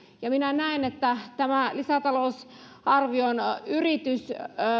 ja minä näen että tämä lisätalousarvion yritys